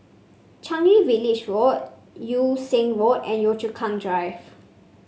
Changi Village Road Yew Siang Road and Yio Chu Kang Drive